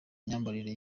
imyambarire